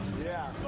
yeah,